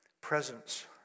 Presence